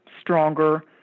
stronger